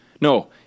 No